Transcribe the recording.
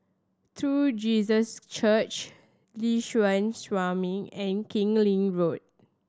True Jesus Church Liuxun Sanhemiao and Keng Lee Road